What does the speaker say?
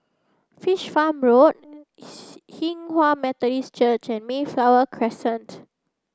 Fish Farm Road Hinghwa Methodist Church and Mayflower Crescent